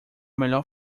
melhor